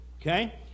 Okay